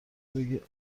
بگی